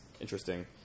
interesting